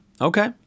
Okay